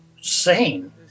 sane